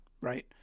Right